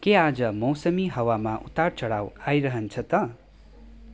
के आज मौसमी हावामा उतार चढाउ आइरहन्छ त